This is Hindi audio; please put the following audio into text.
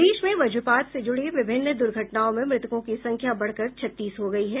प्रदेश में वजपात से जुड़ी विभिन्न दुर्घटनाओं में मृतकों की संख्या बढ़कर छत्तीस हो गयी है